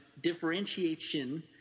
differentiation